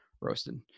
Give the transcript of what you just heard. Roasted